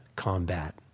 combat